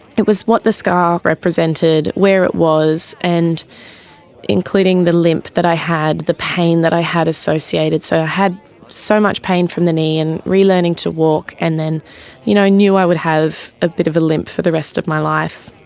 it was what the scar represented, where it was, and including the limp that i had, the pain that i had associated. so i had so much pain from the knee, and relearning to walk, and then you know i knew i would have a bit of a limp for the rest of my life,